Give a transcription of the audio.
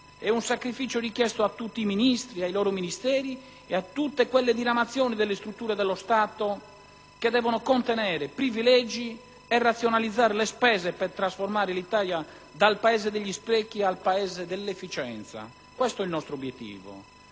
È un sacrificio richiesto a tutti i Ministri, ai loro Ministeri e a tutte quelle diramazioni delle strutture dello Stato che devono contenere privilegi e razionalizzare le spese per trasformare l'Italia dal Paese degli sprechi nel Paese dell'efficienza. Questo è il nostro obiettivo.